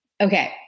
Okay